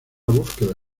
búsqueda